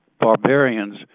barbarians